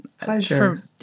Pleasure